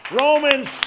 Romans